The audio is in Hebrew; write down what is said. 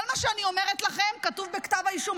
כל מה שאני אומרת לכם כתוב בכתב האישום,